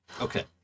Okay